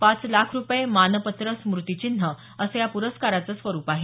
पाच लाख रुपये मानपत्र स्मृतिचिन्ह असं या प्रस्काराचं स्वरुप आहे